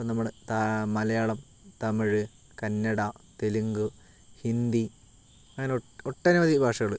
അപ്പം നമ്മൾ മലയാളം തമിഴ് കന്നഡ തെലുങ്ക് ഹിന്ദി അങ്ങനെ ഒട്ടനവധി ഭാഷകൾ